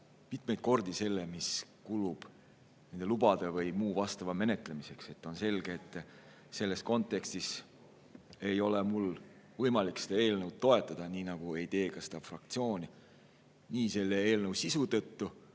mitmeid kordi selle, mis kulub nende lubade või muu vastava menetlemiseks. On selge, et selles kontekstis ei ole mul võimalik seda eelnõu toetada, nii nagu ei tee seda ka meie fraktsioon, ei selle eelnõu sisu tõttu